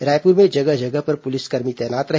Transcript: रायपूर में जगह जगह पर पुलिसकर्मी तैनात रहे